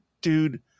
dude